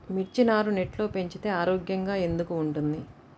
మిర్చి నారు నెట్లో పెంచితే ఆరోగ్యంగా ఎందుకు ఉంటుంది?